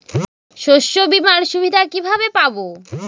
শস্যবিমার সুবিধা কিভাবে পাবো?